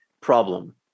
problem